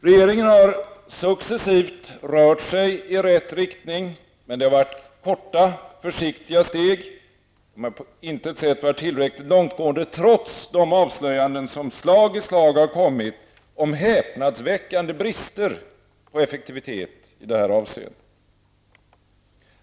Regeringen har successivt rört sig i rätt riktning, men det har varit med korta och försiktiga steg; de har på intet sätt varit tillräckligt långtgående, trots de avslöjanden som slag i slag gjorts om häpnadsväckande brister i effektivitet i det här avseendet.